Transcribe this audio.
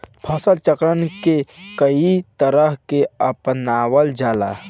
फसल चक्र के कयी तरह के अपनावल जाला?